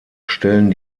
stellen